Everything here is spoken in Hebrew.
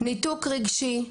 ניתוק רגשי,